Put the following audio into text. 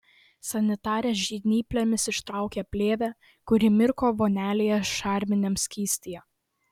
sanitarė žnyplėmis ištraukė plėvę kuri mirko vonelėje šarminiam skystyje